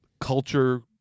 culture